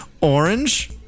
orange